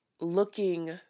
looking